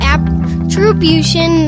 Attribution